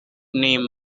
name